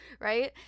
right